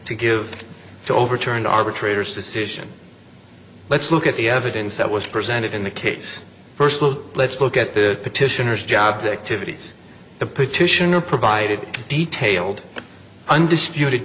to give to overturn arbitrator's decision let's look at the evidence that was presented in the case first of all let's look at the petitioners job to activity the petitioner provided detailed undisputed